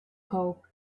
hope